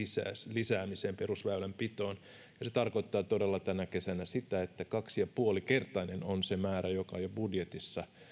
lisäämiseen perusväylänpitoon ja se tarkoittaa todella tänä kesänä sitä että kaksi pilkku viisi kertainen on se määrä joka jo budjetissa